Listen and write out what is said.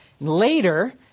Later